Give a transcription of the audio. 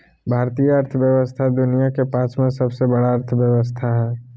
भारतीय अर्थव्यवस्था दुनिया के पाँचवा सबसे बड़ा अर्थव्यवस्था हय